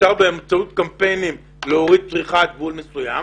אפשר באמצעות קמפיינים להוריד צריכה עד גבול מסוים.